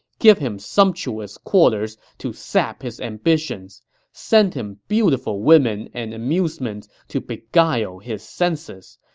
give him sumptuous quarters to sap his ambitions send him beautiful women and amusements to beguile his senses.